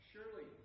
Surely